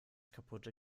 kaputte